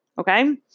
Okay